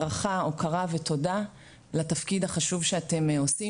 כאות הערכה הוקרה ותודה לתפקיד החשוב שאתם עושים